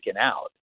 out